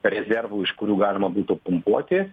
rezervų iš kurių galima būtų pumpuoti